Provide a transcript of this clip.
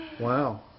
Wow